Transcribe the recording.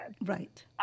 Right